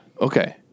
Okay